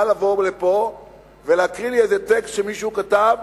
לבוא לפה ולהקריא לי איזה טקסט שמישהו כתב,